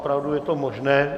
Opravdu je to možné.